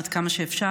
עד כמה שאפשר.